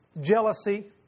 jealousy